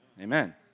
Amen